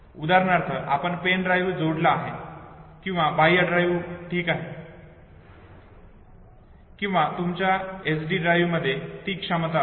उदाहरणार्थ आपण pen drive जोडला आहे किंवा बाह्य ड्राईव्ह ठीक आहेत किंवा तुमच्या एसडी ड्राईव्ह मध्ये ही क्षमता असते